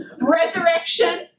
resurrection